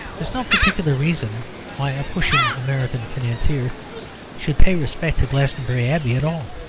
is no particular reason why a pushing american financier should pay respect to glastonbury abbey at all.